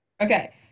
Okay